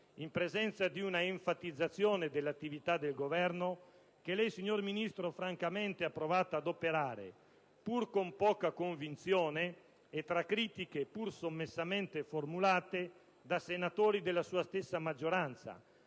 in presenza di una enfatizzazione dell'attività del Governo che lei, signor Ministro, francamente ha provato ad operare, pur con poca convinzione e tra critiche pur sommessamente formulate da senatori della sua stessa maggioranza,